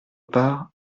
part